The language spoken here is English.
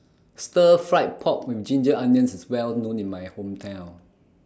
Stir Fried Pork with Ginger Onions IS Well known in My Hometown